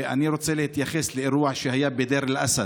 ואני רוצה להתייחס לאירוע שהיה בדיר אל-אסד.